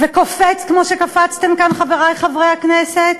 וקופץ כמו שקפצתם כאן, חברי חברי הכנסת,